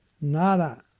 Nada